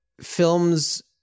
films